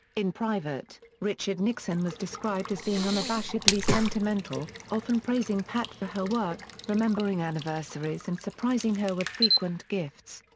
in private, richard nixon was described as being unabashedly sentimental, often praising pat for her work, remembering anniversaries and surprising her with frequent gifts.